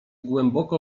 głęboko